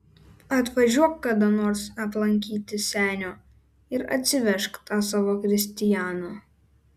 atvažiuok kada nors aplankyti senio ir atsivežk tą savo kristianą